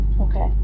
Okay